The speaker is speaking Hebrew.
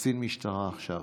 כקצין משטרה עכשיו,